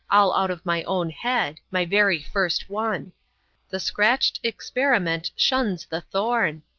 all out of my own head my very first one the scratched experiment shuns the thorn.